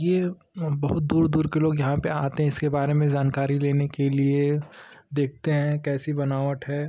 यह बहुत दूर दूर के लोग यहाँ पर आते हैं इसके बारे में जानकारी लेने के लिए देखते हैं कैसी बनावट है